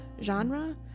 genre